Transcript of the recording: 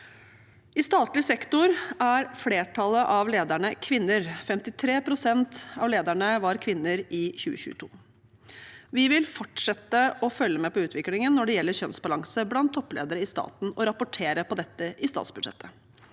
I statlig sektor er flertallet av lederne kvinner, 53 pst. av lederne var kvinner i 2022. Vi vil fortsette å følge med på utviklingen når det gjelder kjønnsbalanse blant toppledere i staten og rapportere på dette i statsbudsjettet.